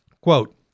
Quote